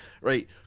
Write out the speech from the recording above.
right